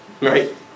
Right